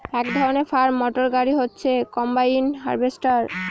এক ধরনের farm motor গাড়ি হচ্ছে কম্বাইন হার্ভেস্টর